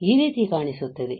ಈ ರೀತಿ ಕಾಣಿಸುತ್ತದೆ